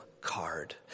card